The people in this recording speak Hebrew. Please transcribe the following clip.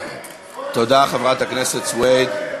את משקרת, תודה, חברת הכנסת סויד.